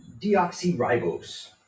deoxyribose